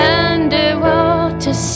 underwater